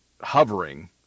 hovering